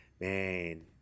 man